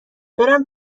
برم